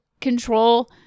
control